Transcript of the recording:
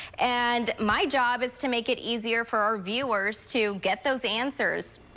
and my job is to make it easier for our viewers to get those answers,